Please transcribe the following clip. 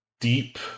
deep